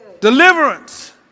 Deliverance